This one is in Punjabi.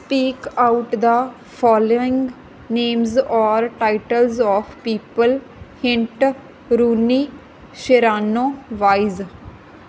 peak out the following names or titles of people hint Rooney Sharano wise